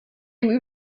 dem